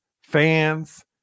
fans